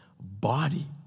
body